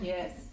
Yes